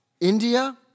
India